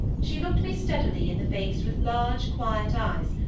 she looked me steadily in the face with large, quiet eyes,